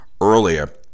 earlier